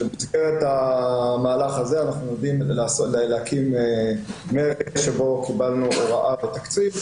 במסגרת המהלך הזה אנחנו עומדים להקים מרגע שבו קיבלנו הוראה בתקציב,